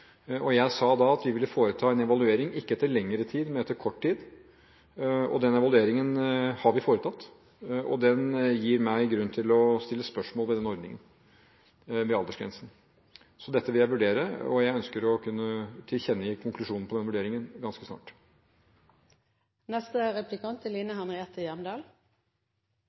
Jeg sa da at vi ville foreta en evaluering, ikke etter lengre tid, men etter kort tid. Den evalueringen har vi foretatt, og den gir meg grunn til å stille spørsmål ved aldersgrensen. Så dette vil jeg vurdere, og jeg ønsker å kunne tilkjennegi konklusjonen på den vurderingen ganske snart. Ja, vi har mange dyktige turnusleger, og statsråden er